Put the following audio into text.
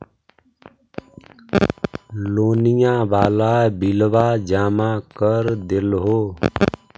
लोनिया वाला बिलवा जामा कर देलहो?